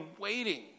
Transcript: waiting